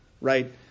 right